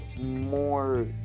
more